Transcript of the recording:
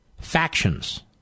Factions